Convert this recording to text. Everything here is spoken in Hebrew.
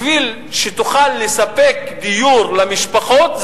בשביל שתוכל לספק דיור למשפחות,